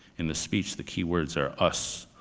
in the speech, the key words are us,